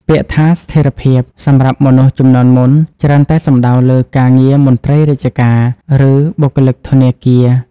ពាក្យថា "ស្ថិរភាព" សម្រាប់មនុស្សជំនាន់មុន ច្រើនតែសំដៅលើការងារមន្ត្រីរាជការ ឬបុគ្គលិកធនាគារ។